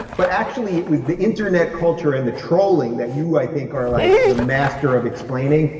but actually it was the internet culture and the trolling that you, i think, are like the master of explaining,